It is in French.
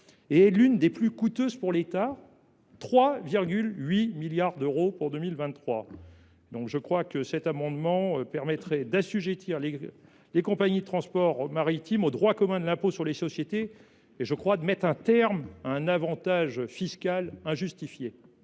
qui est l’une des plus coûteuses pour l’État, avec 3,8 milliards d’euros pour 2023. Cet amendement vise donc à assujettir les compagnies de transport maritime au droit commun de l’impôt sur les sociétés et à mettre un terme à un avantage fiscal injustifié.